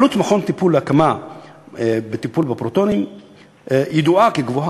עלות הקמה של מכון לטיפול בפרוטונים ידועה כגבוהה.